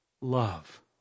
Love